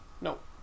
Nope